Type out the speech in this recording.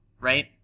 Right